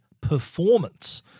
Performance